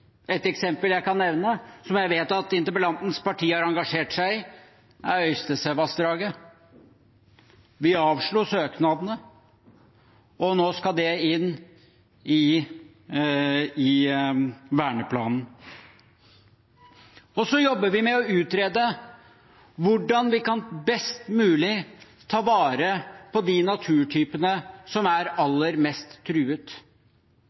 eksempel jeg kan nevne – som jeg vet at interpellantens parti har engasjert seg i – er Øystesevassdraget. Vi avslo søknadene, og nå skal det inn i verneplanen. Vi jobber også med å utrede hvordan vi best mulig kan ta vare på de naturtypene som er aller mest truet.